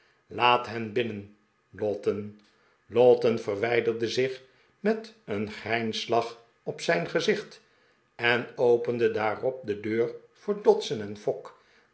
laat hen binnen lowten lowten verwijderde zich met een grijnslach op zijn gezicht en opende daarop de deur voor dodson en fogg